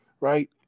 Right